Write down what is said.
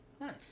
Nice